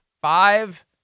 five